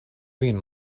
vin